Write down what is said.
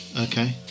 okay